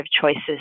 choices